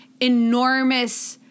enormous